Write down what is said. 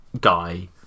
Guy